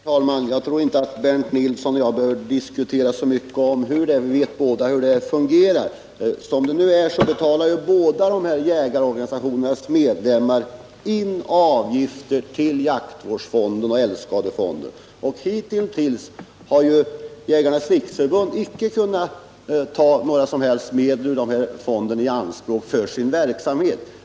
Herr talman! Jag tror inte att Bernt Nilsson och jag behöver diskutera de faktiska förhållandena så mycketvi vet båda hur systemet fungerar. Som det nu är betalar båda jägarorganisationernas medlemmar in avgifter till jaktvårdsfonden och älgskadefonden. Och hitintills har Jägarnas riksförbund icke kunnat ta några som helst medel ur denna fond i anspråk för sin verksamhet.